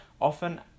often